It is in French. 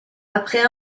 après